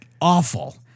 awful